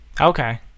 Okay